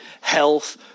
health